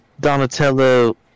Donatello